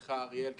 לך אריאל קלנר,